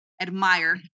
Admire